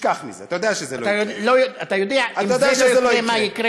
תשכח מזה, אתה יודע שזה לא יקרה.